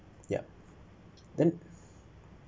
yup then